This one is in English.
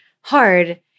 hard